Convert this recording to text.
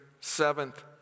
seventh